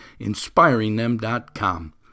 inspiringthem.com